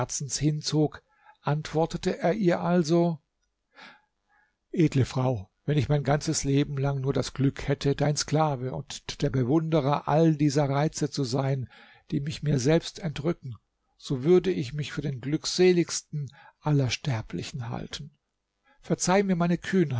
hinzog antwortete er ihr also edle frau wenn ich mein ganzes leben lang nur das glück hätte dein sklave und der bewunderer all dieser reize zu sein die mich mir selbst entrücken so würde ich mich für den glückseligsten aller sterblichen halten verzeih mir meine